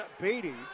Beatty